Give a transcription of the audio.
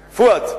פואד,